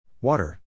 Water